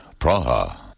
Praha